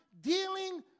dealing